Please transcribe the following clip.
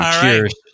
Cheers